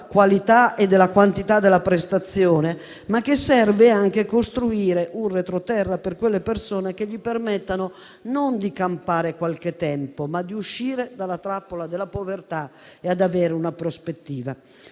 qualità e della quantità della prestazione, ma che serve anche a costruire un retroterra per quelle persone che permettano loro non di campare qualche tempo, ma di uscire dalla trappola della povertà e ad avere una prospettiva.